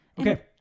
Okay